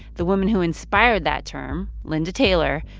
the woman who inspired that term, linda taylor,